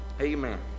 Amen